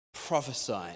Prophesy